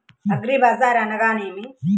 అగ్రిబజార్ అనగా నేమి?